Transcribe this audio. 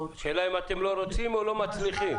-- השאלה אם אתם לא רוצים או לא מצליחים.